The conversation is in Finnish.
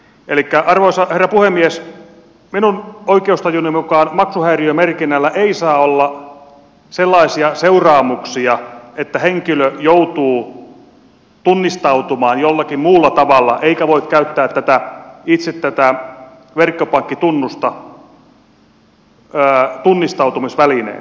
elikkä arvoisa herra puhemies minun oikeustajuni mukaan maksuhäiriömerkinnällä ei saa olla sellaisia seuraamuksia että henkilö joutuu tunnistautumaan jollakin muulla tavalla eikä voi käyttää itse tätä verkkopankkitunnusta tunnistautumisvälineenä